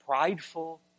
prideful